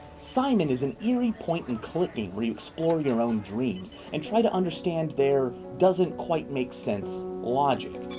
symon is an eery point-and-clicking, where you explore your own dreams and try to understand their doesn't quite make sense logic.